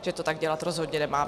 Že to tak dělat rozhodně nemáme.